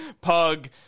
Pug